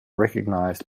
recognized